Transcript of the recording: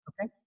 Okay